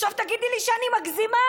עכשיו תגידי לי שאני מגזימה,